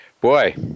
boy